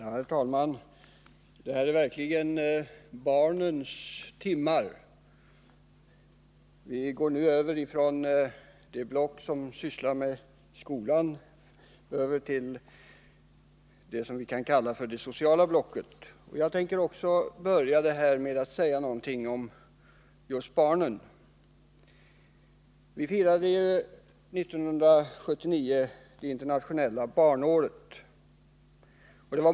Herr talman! Detta är verkligen barnens timmar. Vi går nu över från att syssla med skolan till det vi kan kalla det sociala blocket. Jag tänkte börja med att säga någonting om barnen. År 1979 firades det internationella barnåret.